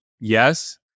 Yes